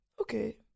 Okay